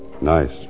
Nice